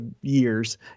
years